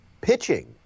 pitching